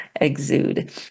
exude